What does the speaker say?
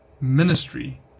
ministry